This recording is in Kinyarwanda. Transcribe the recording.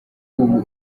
ubu